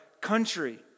country